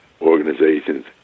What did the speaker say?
organizations